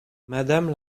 madame